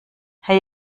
herr